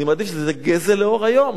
אני אמרתי שזה גזל לאור היום.